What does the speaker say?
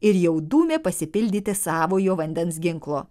ir jau dūmė pasipildyti savojo vandens ginklo